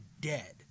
dead